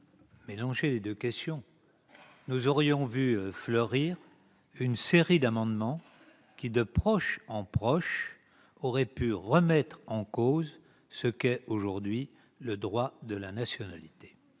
mélangé les deux questions, nous aurions vu fleurir une série d'amendements qui, de proche en proche, auraient pu remettre en cause ce qu'est aujourd'hui le droit de la nationalité.